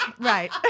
Right